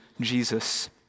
Jesus